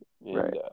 Right